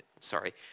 Sorry